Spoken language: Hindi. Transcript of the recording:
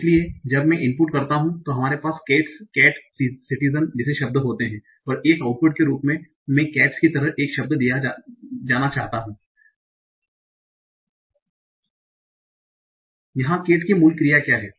इसलिए जब मैं इनपुट करता हूं तो हमारे पास केट्स केट् सिटिज़न जैसे शब्द होते हैं और एक आउटपुट के रूप में केट्स की तरह एक शब्द खोजना चाहता हूं यहां केट् की मूल क्रिया क्या है